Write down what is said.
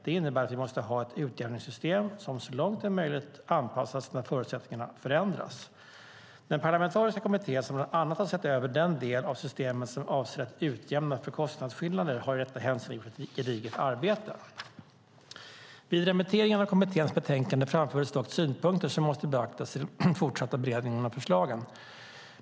Det innebär att vi måste ha ett utjämningssystem som så långt det är möjligt anpassas när förutsättningarna förändras. Den parlamentariska kommitté som bland annat har sett över den del av systemet som avser att utjämna för kostnadsskillnader har i detta hänseende gjort ett gediget arbete. Vid remitteringen av kommitténs betänkande framfördes dock synpunkter som måste beaktas i den fortsatta beredningen av förslagen.